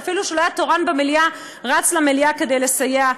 שאפילו כשלא היה תורן במליאה רץ למליאה כדי לסייע,